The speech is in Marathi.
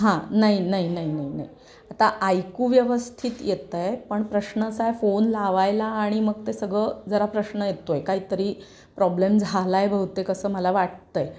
हां नाही नाही नाही नाही नाही आता ऐकू व्यवस्थित येतं आहे पण प्रश्नच आहे फोन लावायला आणि मग ते सगळं जरा प्रश्न येतोय काही तरी प्रॉब्लेम झाला आहे बहुतेक असं मला वाटतं आहे